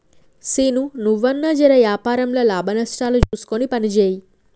సీనూ, నువ్వన్నా జెర వ్యాపారంల లాభనష్టాలు జూస్కొని పనిజేయి